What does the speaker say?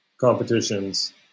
competitions